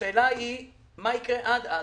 השאלה היא מה יקרה עד אז.